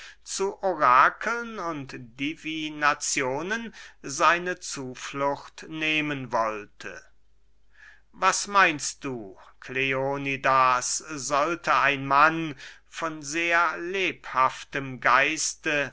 zu orakeln und divinazionen seine zuflucht nehmen wollte was meinst du kleonidas sollte ein mann von sehr lebhaftem geiste